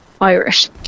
irish